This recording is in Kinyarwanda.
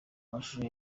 amashusho